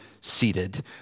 seated